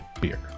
beer